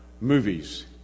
movies